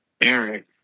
Eric